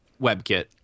WebKit